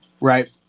Right